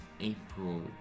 April